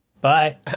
Bye